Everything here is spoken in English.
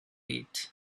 eat